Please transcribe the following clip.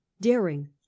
daring